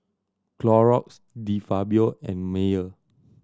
Clorox De Fabio and Mayer